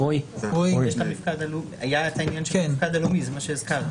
היה את העניין של המפקד הלאומי, זה מה שהזכרתי.